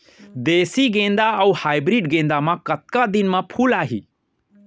देसी गेंदा अऊ हाइब्रिड गेंदा म कतका दिन म फूल आही?